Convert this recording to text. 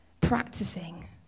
practicing